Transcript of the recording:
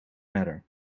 matter